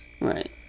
Right